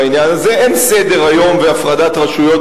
בעניין הזה: היום אין סדר והפרדת רשויות